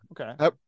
Okay